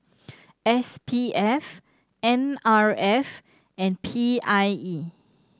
S P F N R F and P I E